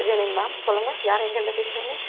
good evening ma'am சொல்லுங்கள் யார் எங்கேயிருந்து பேசுகிறீங்க